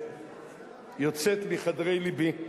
שיוצאת מחדרי לבי.